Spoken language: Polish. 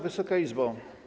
Wysoka Izbo!